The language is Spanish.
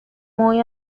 muy